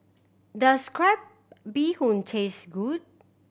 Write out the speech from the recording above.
does crab bee hoon taste good